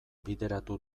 bideratu